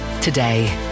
today